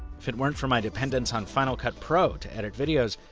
if it weren't for my dependence on final cut pro to edit videos,